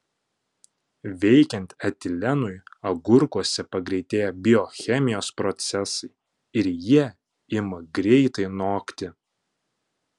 veikiant etilenui agurkuose pagreitėja biochemijos procesai ir jie ima greitai nokti